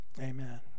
Amen